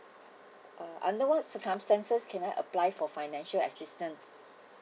uh under what circumstances can I apply for financial assistance